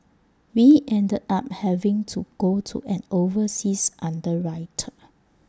we ended up having to go to an overseas underwriter